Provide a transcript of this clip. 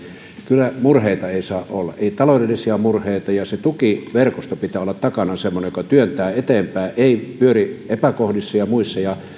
niin murheita ei kyllä saa olla ei taloudellisia murheita ja sen tukiverkoston pitää olla takana semmoinen joka työntää eteenpäin ei pyöri epäkohdissa ja muissa